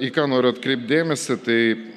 į ką noriu atkreipt dėmesį tai